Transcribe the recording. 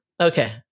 okay